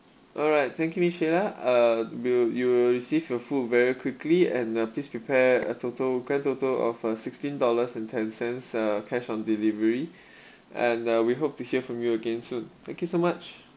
alright thank you miss shayla uh we'll you will receive your food very quickly and uh please prepare a total grand total of uh sixteen dollars and ten cents uh cash on delivery and uh we hope to hear from you again soon thank you so much